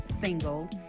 single